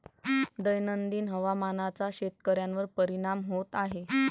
दैनंदिन हवामानाचा शेतकऱ्यांवर परिणाम होत आहे